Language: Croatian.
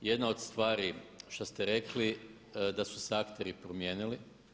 Jedna od stvari što ste rekli da su se akteri promijenili.